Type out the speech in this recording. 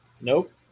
Nope